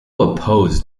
opposed